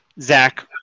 Zach